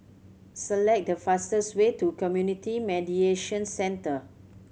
select the fastest way to Community Mediation Centre